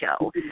show